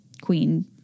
queen